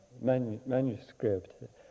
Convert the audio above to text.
manuscript